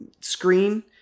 screen